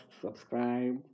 Subscribe